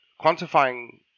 quantifying